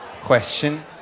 Question